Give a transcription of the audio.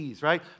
right